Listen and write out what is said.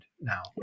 now